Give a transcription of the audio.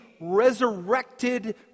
resurrected